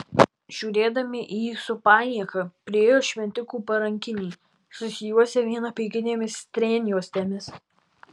žiūrėdami į jį su panieka priėjo šventikų parankiniai susijuosę vien apeiginėmis strėnjuostėmis